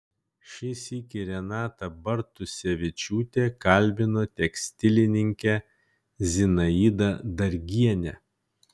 šį sykį renata bartusevičiūtė kalbino tekstilininkę zinaidą dargienę